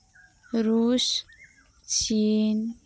ᱨᱩᱥ ᱪᱤᱱ